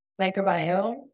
microbiome